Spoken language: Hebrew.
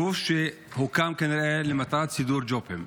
גוף שהוקם כנראה למטרת סידור ג'ובים.